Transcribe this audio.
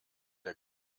der